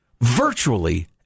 Virtually